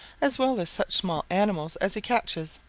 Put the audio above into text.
as well as such small animals as he catches.